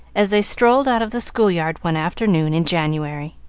as they strolled out of the schoolyard one afternoon in january,